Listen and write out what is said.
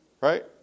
right